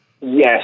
Yes